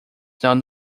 known